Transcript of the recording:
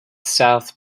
south